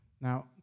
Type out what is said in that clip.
Now